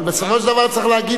אבל בסופו של דבר צריך להגיד